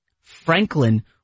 Franklin